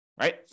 right